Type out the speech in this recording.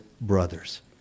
brothers